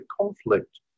conflict